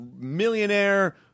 millionaire